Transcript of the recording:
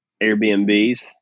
Airbnbs